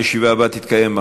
הישיבה הבאה תתקיים,